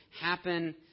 happen